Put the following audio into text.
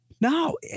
No